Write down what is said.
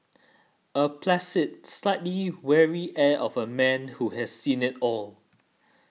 a placid slightly weary air of a man who has seen it all